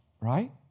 Right